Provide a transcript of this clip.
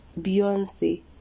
Beyonce